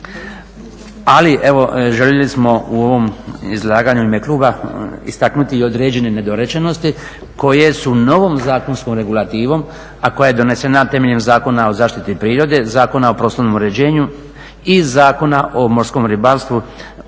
ali željeli smo u ovom izlaganju u ime kluba istaknuti određene nedorečenosti koje su novom zakonskom regulativom, a koja je donesena temeljem Zakona o zaštiti prirode, Zakona o prostornom uređenju i Zakona o morskom ribarstvu